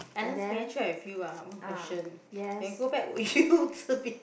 Agnes can I check with you ah one question when you go back will you